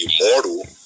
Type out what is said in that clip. immortal